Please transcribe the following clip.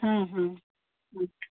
हाँ हाँ हाँ